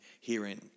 herein